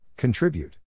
Contribute